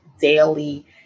daily